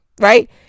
right